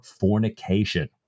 fornication